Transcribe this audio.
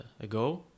ago